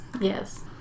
yes